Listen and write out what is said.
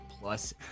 plus